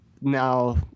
now